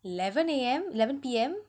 eleven A_M eleven P_M